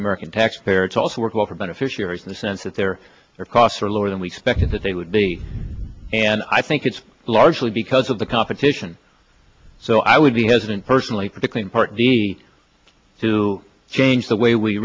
the american taxpayer it's also worked well for beneficiaries in the sense that there are costs are lower than we expected that they would be and i think it's largely because of the competition so i would be hesitant personally critically party to change the way we